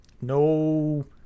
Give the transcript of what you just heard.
no